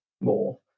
more